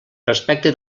respecte